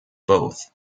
both